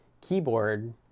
keyboard